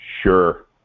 Sure